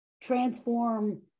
transform